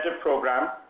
program